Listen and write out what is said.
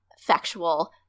factual